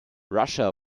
russia